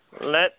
let